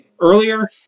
Earlier